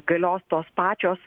galios tos pačios